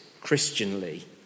Christianly